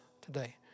today